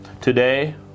Today